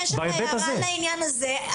אם יש לך הערה לעניין הזה,